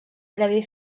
previ